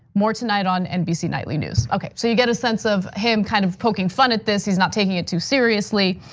more tonight on nbcnightlynews. okay, so you get a sense of him kind of poking fun at this, he's not taking it too seriously.